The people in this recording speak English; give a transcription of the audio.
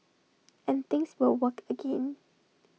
and things will work again